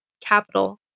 capital